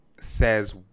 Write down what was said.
says